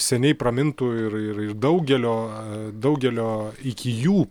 seniai pramintu ir ir daugelio a daugelio iki jų